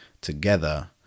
together